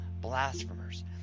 blasphemers